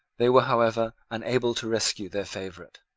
they were, however, unable to rescue their favourite.